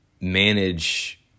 manage